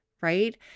right